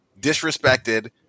disrespected